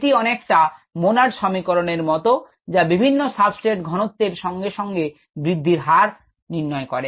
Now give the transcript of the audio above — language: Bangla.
এটি অনেকটা monod সমীকরণের মত যা বিভিন্ন সাবস্ট্রেট ঘনত্বের সঙ্গে সঙ্গে বৃদ্ধির হার নির্ণয় করে